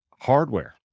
hardware